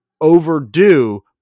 overdue